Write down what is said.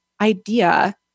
idea